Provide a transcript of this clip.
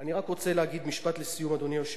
אני רק רוצה להגיד משפט לסיום, אדוני היושב-ראש: